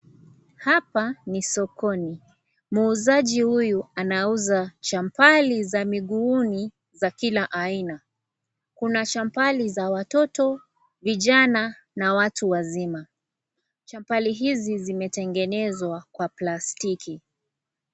Hapa ni sokoni muuzaji huyu anauza champali za miguuni za kila aina. Kuna champali za watoto, vijana na watu wazima. Champali hizi zimetengenezwa kwa plastiki